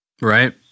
Right